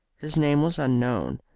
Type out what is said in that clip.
his name was unknown.